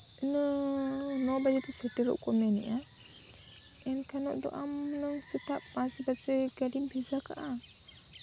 ᱱᱚ ᱵᱟᱡᱮ ᱛᱮ ᱥᱮᱴᱮᱨᱚᱜ ᱠᱚ ᱢᱮᱱᱮᱫᱼᱟ ᱮᱱᱠᱷᱟᱱ ᱫᱚ ᱟᱢ ᱦᱩᱱᱟᱹᱝ ᱥᱮᱛᱟᱜ ᱯᱟᱸᱪ ᱵᱟᱡᱮ ᱜᱟᱹᱰᱤᱢ ᱵᱷᱮᱡᱟ ᱠᱟᱜᱼᱟ